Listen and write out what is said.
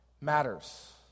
matters